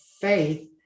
faith